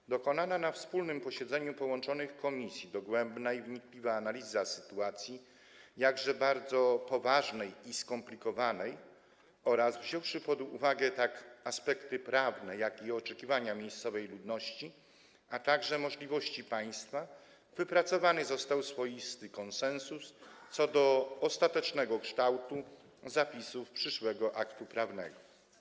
Po dokonaniu na wspólnym posiedzeniu połączonych komisji dogłębnej i wnikliwej analizy sytuacji, jakże bardzo poważnej i skomplikowanej, wziąwszy pod uwagę tak aspekty prawne, jak i oczekiwania miejscowej ludności, a także możliwości państwa, wypracowany został swoisty konsensus co do ostatecznego kształtu zapisów przyszłego aktu prawnego.